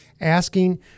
asking